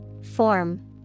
Form